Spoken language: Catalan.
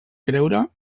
creure